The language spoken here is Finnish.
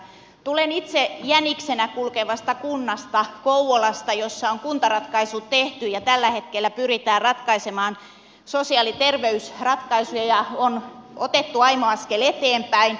tulen itse jäniksenä kulkevasta kunnasta kouvolasta jossa on kuntaratkaisu tehty ja tällä hetkellä pyritään ratkaisemaan sosiaali ja terveysratkaisuja ja on otettu aimo askel eteenpäin